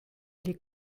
les